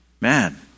Man